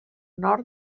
nord